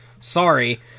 sorry